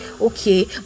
okay